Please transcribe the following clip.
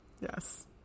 Yes